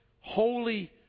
holy